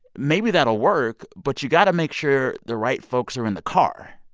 maybe that'll work, but you've got to make sure the right folks are in the car.